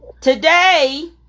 Today